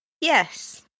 Yes